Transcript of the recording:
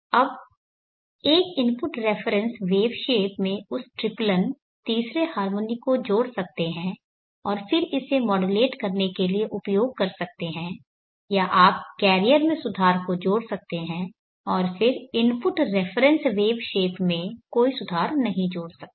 अब एक input reference wave shape में उस ट्रिप्लन तीसरे हार्मोनिक को जोड़ सकते है और फिर इसे मॉड्यूलेट करने के लिए उपयोग कर सकते है या आप कैरियर में सुधार को जोड़ सकते हैं और फिर इनपुट रेफरेंस वेव शेप में कोई सुधार नहीं जोड़ सकते